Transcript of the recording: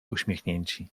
uśmiechnięci